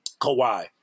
Kawhi